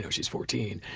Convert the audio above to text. yeah she's fourteen.